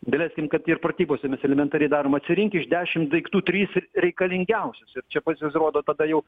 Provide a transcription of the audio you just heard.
daleiskim kad ir pratybose elementariai darom atsirink iš dešim daiktų tris reikalingiausius ir čia pas sirodo tada jau